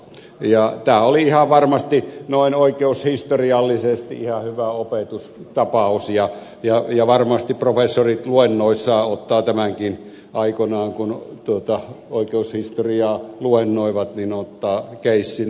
tämä oli ihan varmasti noin oikeushistoriallisesti ihan hyvä opetustapaus ja varmasti professorit luennoissaan ottavat tämänkin aikoinaan kun oikeushistoriaa luennoivat keissinä huomioon